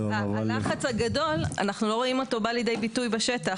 אנחנו לא רואים את הלחץ הגדול בא לידי ביטוי בשטח,